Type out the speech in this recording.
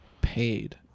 paid